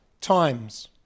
times